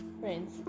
friends